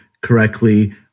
correctly